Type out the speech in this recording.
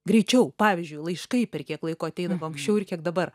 greičiau pavyzdžiui laiškai per kiek laiko ateidavo anksčiau ir kiek dabar